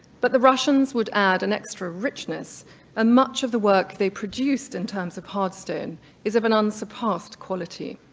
but the russians would add an extra richness and ah much of the work they produced in terms of hard stone is of an unsurpassed quality.